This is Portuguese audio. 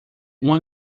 uma